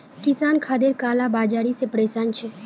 किसान खादेर काला बाजारी से परेशान छे